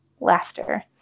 laughter